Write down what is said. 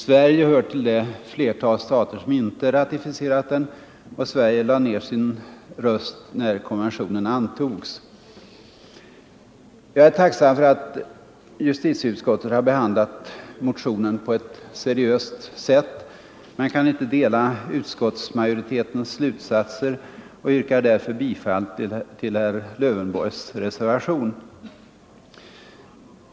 Sverige hör till det flertal stater som inte ratificerat den, och Sverige lade ned sin röst när konventionen antogs. Jag är tacksam för att justitieutskottet behandlat motionen på ett seriöst sätt, men jag kan inte instämma i utskottsmajoritetens slutsatser och yrkar därför bifall till herr Lövenborgs reservation.